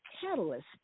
catalyst